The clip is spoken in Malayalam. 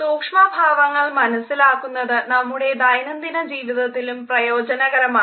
സൂക്ഷ്മ ഭാവങ്ങൾ മനസ്സിലാക്കുന്നത് നമ്മുടെ ദൈനംദിന ജീവിതത്തിലും പ്രയോജനകരമാണ്